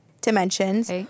dimensions